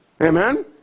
Amen